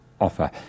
offer